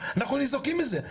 אנחנו ניזוקים מזה.